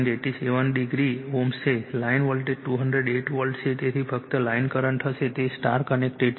87o Ω છે line voltage 208 volt છે તેથી ફક્ત લાઇન કરંટ હશે તે સ્ટાર કનેક્ટેડ છે